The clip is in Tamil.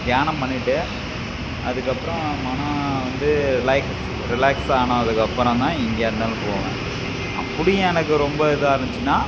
தியானம் பண்ணிவிட்டு அதுக்கப்புறம் மனம் வந்து ரிலாக்குஸ் ரிலாக்ஸ் ஆனதுக்கப்புறம் தான் எங்கேயா இருந்தாலும் போவேன் அப்படியும் எனக்கு ரொம்ப இதாக இருந்துச்சுன்னா